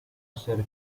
essere